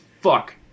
fuck